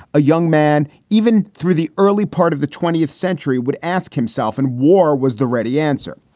a young man, even through the early part of the twentieth century, would ask himself in war was the ready answer.